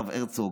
הרב הרצוג,